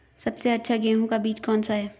सबसे अच्छा गेहूँ का बीज कौन सा है?